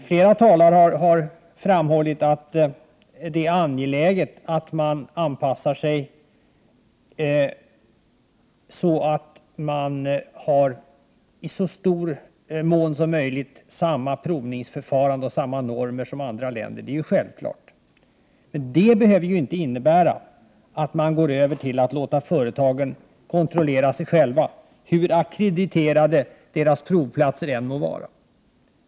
Flera talare har framhållit att det är angeläget att anpassa sig så att man i så stor usträckning som möjligt har samma provningsförfarande och samma normer som andra länder. Det är självklart. Det behöver inte innebära att man går över till att låta företagen kontrollera sig själva, hur ackrediterade deras provplatser än må vara.